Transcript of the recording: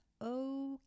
okay